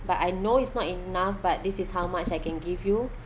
but I know it's not enough but this is how much I can give you